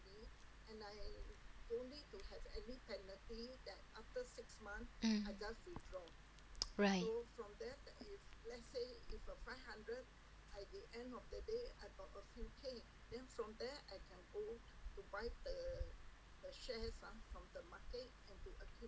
mm right